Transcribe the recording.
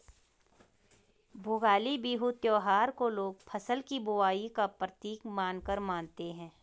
भोगाली बिहू त्योहार को लोग फ़सल की बुबाई का प्रतीक मानकर मानते हैं